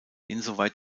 insoweit